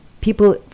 people